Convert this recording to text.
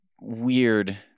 weird